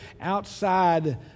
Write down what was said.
outside